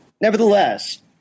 Nevertheless